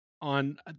on